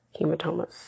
hematomas